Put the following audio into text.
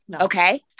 Okay